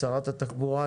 שרת התחבורה,